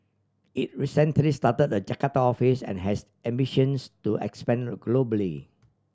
it recently started a Jakarta office and has ambitions to expand globally